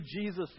Jesus